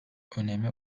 önemi